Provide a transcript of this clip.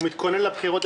הוא מתכונן לבחירות.